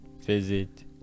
Visit